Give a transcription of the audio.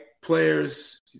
Players